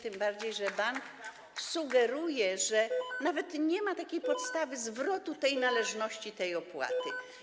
tym bardziej że bank sugeruje, że nawet nie ma takiej podstawy zwrotu tej należności, tej opłaty.